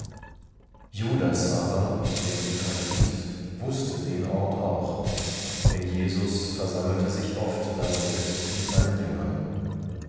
judas aber der ihn verriet wußte den ort auch denn jesus versammelte sich oft daselbst mit seinen jüngern